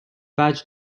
وجه